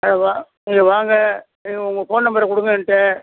அதுவா நீங்கள் வாங்க நீங்கள் உங்கள் ஃபோன் நம்பரை கொடுங்க என்ட்ட